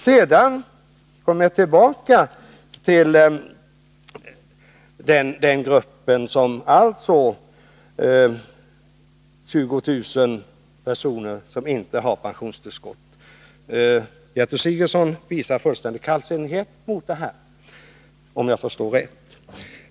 Sedan kommer jag tillbaka till den grupp på 20 000 personer som inte har pensionstillskott. Gertrud Sigurdsen visar här en fullständig kallsinnighet, om jag förstår henne rätt.